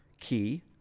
key